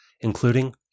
including